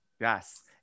yes